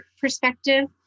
perspective